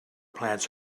plants